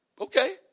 Okay